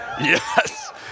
Yes